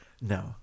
No